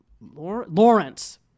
lawrence